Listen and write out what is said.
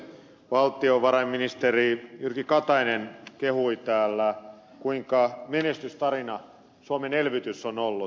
valtiovarainministeri jyrki katainen kehui täällä millainen menestystarina suomen elvytys on ollut